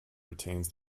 retains